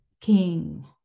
king